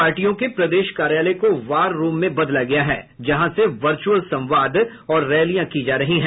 पार्टियों के प्रदेश कार्यालय को वॉर रूम में बदला गया है जहां से वर्च्रअल संवाद और रैलियां की जा रही है